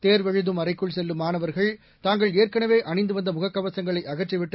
தேர்வெழுதும் அறைக்குள் செல்லும் மாணவர்கள் தாங்கள் ஏற்களவே அணிந்து வந்த முகக்கவசங்களை அகற்றிவிட்டு